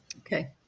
Okay